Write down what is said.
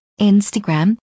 Instagram